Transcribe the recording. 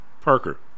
Parker